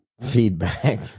feedback